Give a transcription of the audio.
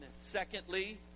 Secondly